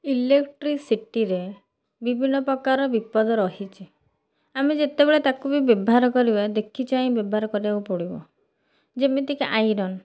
ଇଲେକ୍ଟ୍ରିସିଟିରେ ବିଭିନ୍ନ ପ୍ରକାର ବିପଦ ରହିଛି ଆମେ ଯେତେବେଳେ ତାକୁ ବି ବ୍ୟବହାରକରିବା ଦେଖିଚାହିଁ ବ୍ୟବହାର କରିବାକୁ ପଡ଼ିବ ଯେମିତିକି ଆଇରନ୍